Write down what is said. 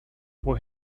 for